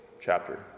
chapter